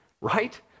right